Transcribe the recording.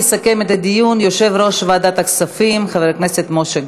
יסכם את הדיון יושב-ראש ועדת הכספים חבר הכנסת משה גפני.